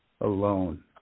alone